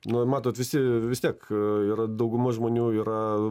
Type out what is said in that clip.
na matot visi vis tiek yra daugumos žmonių yra